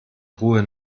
ruhe